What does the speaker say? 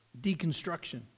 deconstruction